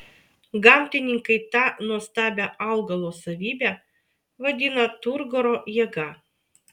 gamtininkai tą nuostabią augalo savybę vadina turgoro jėga